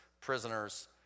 prisoners